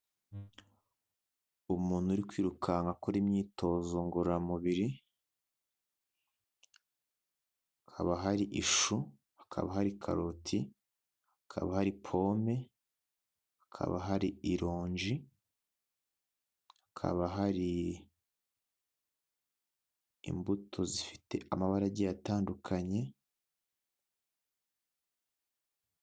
Umuntu uri kwirukanka akora imyitozo ngororamubiri, haba hari ishu, hakaba hari karoti, hakaba hari pome, hakaba hari ironji, hakaba hari imbuto zifite amabara agiye atandukanye.